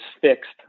fixed